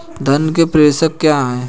धन का प्रेषण क्या है?